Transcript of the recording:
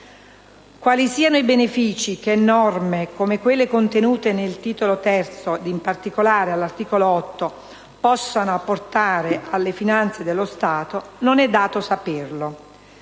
Quali siano i benefici che norme come quelle contenute nel Titolo III (ed in particolare nell'articolo 8) possono apportare alle finanze dello Stato non è dato saperlo.